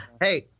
Hey